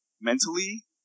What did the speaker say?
mentally